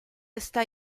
esta